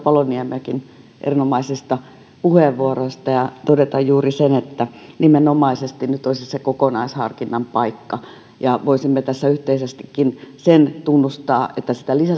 paloniemeäkin erinomaisista puheenvuoroista ja todeta juuri sen että nimenomaisesti nyt olisi kokonaisharkinnan paikka ja voisimme tässä yhteisestikin sen tunnustaa että